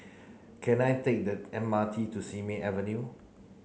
can I take the M R T to Simei Avenue